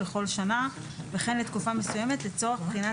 לכל שנה וכן לתקופה מסוימת לצורך בחינת